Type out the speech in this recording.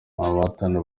abahatana